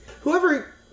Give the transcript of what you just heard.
Whoever